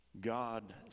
God